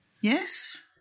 Yes